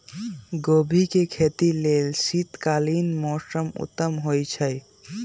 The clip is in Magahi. गोभी के खेती लेल शीतकालीन मौसम उत्तम होइ छइ